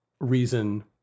reason